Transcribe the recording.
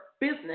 business